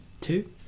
Two